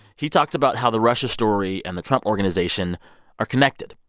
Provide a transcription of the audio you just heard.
he talked about how the russia story and the trump organization are connected.